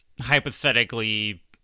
hypothetically